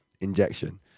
injection